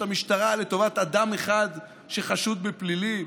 המשטרה לטובת אדם אחד שחשוד בפלילים?